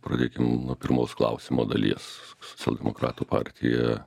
pradėkim nuo pirmos klausimo dalies socialdemokratų partija